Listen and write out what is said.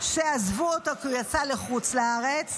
שעזבו אותו כי הוא יצא לחוץ לארץ,